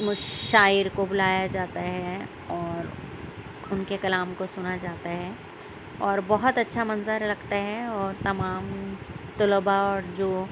مشاعر کو بُلایا جاتا ہے اور اُن کے کلام کو سُنا جاتا ہے اور بہت اچھا منظر لگتا ہے اور تمام طلباء اور جو